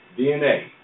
DNA